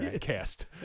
Cast